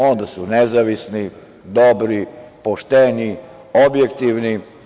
Onda su nezavisni, dobri, pošteni, objektivni.